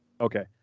Okay